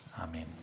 Amen